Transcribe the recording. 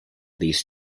these